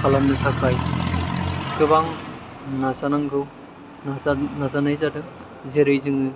खालामनो थाखाय गोबां नाजानांगौ नाजानाय जादों जेरै जोङो